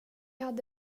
hade